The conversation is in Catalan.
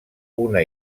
una